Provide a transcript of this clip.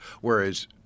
Whereas –